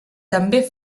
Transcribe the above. també